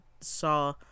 saw